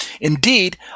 Indeed